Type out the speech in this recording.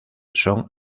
son